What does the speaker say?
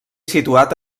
situat